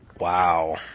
Wow